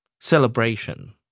celebration